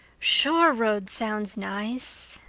shore road sounds nice,